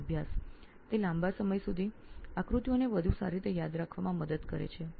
દ્રશ્ય રજૂઆતો અને આકૃતિઓનો અભ્યાસ કરવાથી આપણે આકૃતિઓ લાંબા સમય સુધી યાદ રાખી શકીએ છીએ